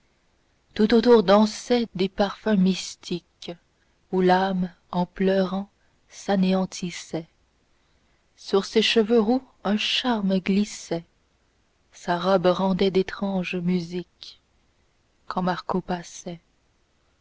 tout autour dansaient des parfums mystiques où l'âme en pleurant s'anéantissait sur ses cheveux roux un charme glissait sa robe rendait d'étranges musiques quand marco passait